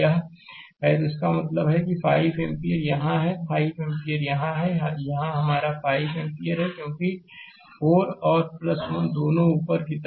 slide समय देखें 2432 तो इसका मतलब है कि 5 एम्पीयर यहाँ है 5 एम्पीयर यहाँ है यहाँ हमारा 5 एम्पीयर है क्योंकि 4 और 1 दोनों ऊपर की तरफ हैं